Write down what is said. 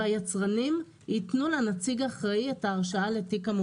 והיצרנים ייתנו לנציג האחראי את ההרשאה לתיק המוצר.